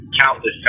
countless